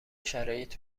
شرایط